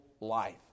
life